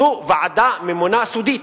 זו ועדה ממונה סודית.